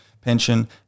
pension